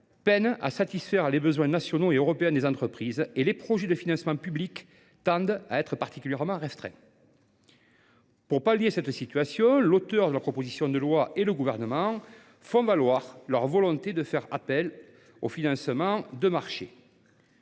peinent à satisfaire, en France et en Europe, les besoins des entreprises et les projets de financement public tendent à devenir particulièrement restreints. Pour remédier à cette situation, l’auteur de la proposition de loi et le Gouvernement font valoir leur volonté de faire appel au financement de marché.